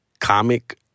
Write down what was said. Comic